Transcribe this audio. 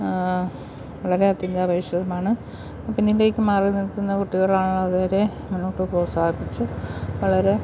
വളരെ അത്യന്താപേക്ഷിതമാണ് പിന്നിലേക്ക് മാറി നിൽക്കുന്ന കുട്ടികൾ ആണെങ്കിൽ അവരെ മുന്നോട്ട് പ്രോത്സാഹിപ്പിച്ച് വളരെ